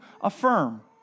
affirm